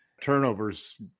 turnovers